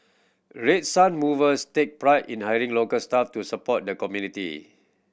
Red Sun Movers take pride in hiring local staff to support the community